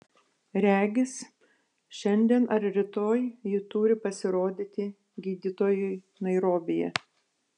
regis šiandien ar rytoj ji turi pasirodyti gydytojui nairobyje